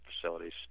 facilities